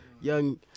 young